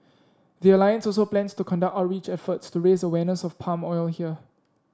the alliance also plans to conduct outreach efforts to raise awareness of palm oil here